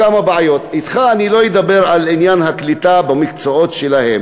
אתך אני לא אדבר על עניין הקליטה במקצועות שלהם,